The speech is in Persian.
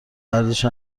ورزش